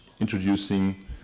introducing